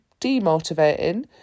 demotivating